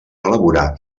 elaborar